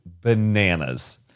bananas